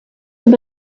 have